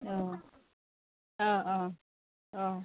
অঁ অঁ অঁ অঁ